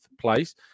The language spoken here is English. place